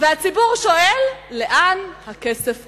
והציבור שואל, לאן הכסף הולך?